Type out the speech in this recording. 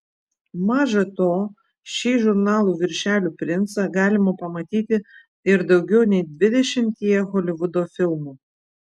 maža to šį žurnalų viršelių princą galima pamatyti ir daugiau nei dvidešimtyje holivudo filmų